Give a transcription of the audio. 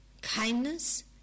Kindness